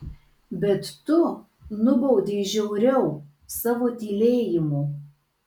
bet tu nubaudei žiauriau savo tylėjimu